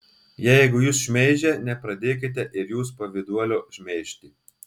jeigu jus šmeižia nepradėkite ir jūs pavyduolio šmeižti